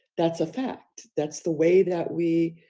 that's a fact. that's the way that we,